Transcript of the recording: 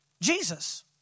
Jesus